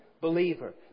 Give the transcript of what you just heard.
believer